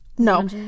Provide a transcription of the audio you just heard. no